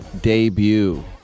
debut